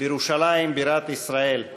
בירושלים בירת ישראל.